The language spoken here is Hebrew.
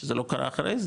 שזה לא קרה אחרי זה